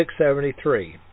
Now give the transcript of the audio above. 673